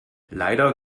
leider